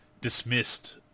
dismissed